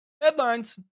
headlines